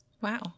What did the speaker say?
Wow